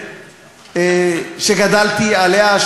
שגדלתי עליה,